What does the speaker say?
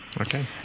Okay